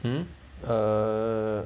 hmm uh